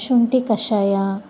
ಶುಂಠಿ ಕಷಾಯ